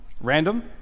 random